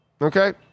Okay